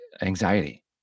anxiety